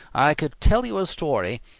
i could tell you a story